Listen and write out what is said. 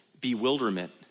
bewilderment